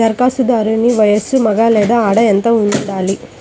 ధరఖాస్తుదారుని వయస్సు మగ లేదా ఆడ ఎంత ఉండాలి?